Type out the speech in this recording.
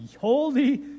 holy